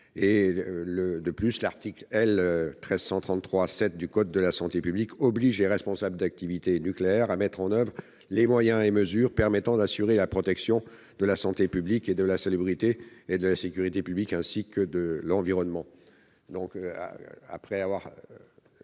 De plus, l'article L. 1333-7 du code de la santé publique oblige les responsables d'activités nucléaires à mettre en oeuvre les moyens et mesures permettant d'assurer la protection de la santé publique, de la salubrité et de la sécurité publiques, ainsi que de l'environnement.